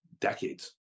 decades